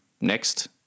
next